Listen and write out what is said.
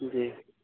جی